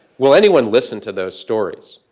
will anyone listen to those stories?